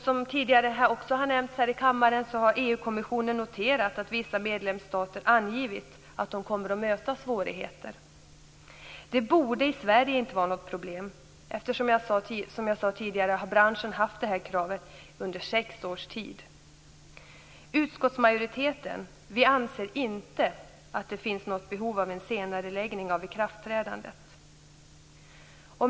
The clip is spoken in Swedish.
Som tidigare nämnts här i kammaren har EU kommissionen noterat att vissa medlemsstater angivit att de kommer att möta svårigheter men i Sverige borde det inte vara något problem. Som jag sade tidigare har branschen haft det här kravet under sex års tid. Vi i utskottsmajoriteten anser inte att det finns något behov av en senareläggning av ikraftträdandet.